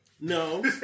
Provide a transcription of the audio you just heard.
No